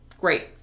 Great